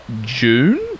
june